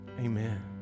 Amen